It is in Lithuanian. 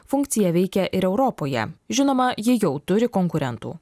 funkcija veikia ir europoje žinoma ji jau turi konkurentų